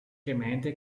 gemeinde